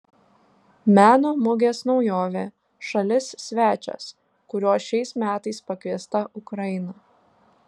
meno mugės naujovė šalis svečias kuriuo šiais metais pakviesta ukraina